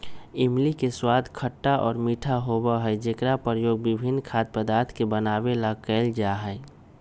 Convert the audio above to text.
इमली के स्वाद खट्टा और मीठा होबा हई जेकरा प्रयोग विभिन्न खाद्य पदार्थ के बनावे ला कइल जाहई